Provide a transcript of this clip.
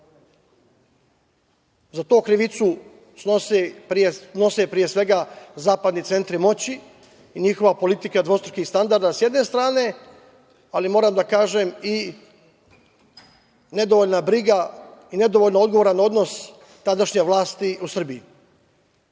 Za to krivicu snose pre svega zapadni centri moći i njihova politika dvostrukih standarda s jedne strane, ali moram da kažem i nedovoljna briga i nedovoljno odgovoran odnos tadašnje vlasti u Srbiji.